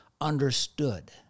understood